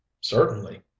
Certainly